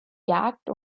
jagd